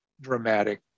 dramatic